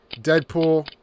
Deadpool